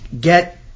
get